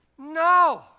No